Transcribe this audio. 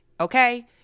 okay